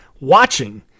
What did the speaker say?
watching